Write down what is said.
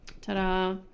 Ta-da